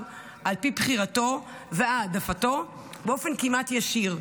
על פי בחירתו והעדפתו באופן כמעט ישיר.